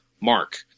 Mark